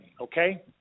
okay